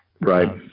Right